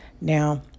Now